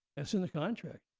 it's in the contract,